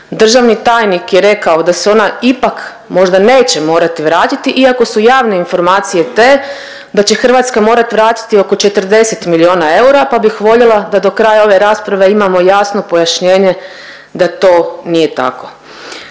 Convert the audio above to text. Državni tajnik je rekao da se ona ipak možda neće morati vratiti iako su javne informacije te da će Hrvatska morat vratiti oko 40 milijuna eura pa bih voljela da do kraja ove rasprave imamo jasno pojašnjenje da to nije tako.